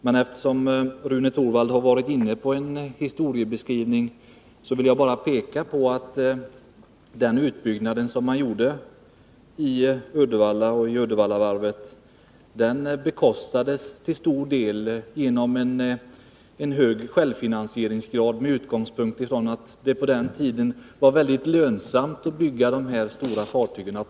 Men eftersom Rune Torwald nu har varit inne på historieskrivning vill jag peka på att den utbyggnad som gjordes vid Uddevallavarvet till stor del — med utgångspunkt i att det på den tiden var mycket lönsamt att bygga dessa stora fartyg— skedde med en hög självfinansieringsgrad.